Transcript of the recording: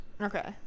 Okay